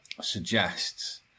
suggests